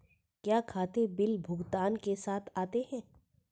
क्या खाते बिल भुगतान के साथ आते हैं?